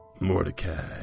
Mordecai